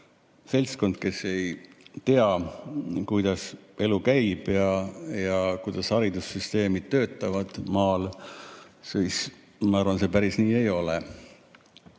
seltskond, kes ei tea, kuidas elu käib ja kuidas haridussüsteemid töötavad maal, aga ma arvan, et päris nii see ei ole.